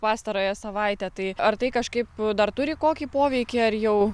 pastarąją savaitę tai ar tai kažkaip dar turi kokį poveikį ar jau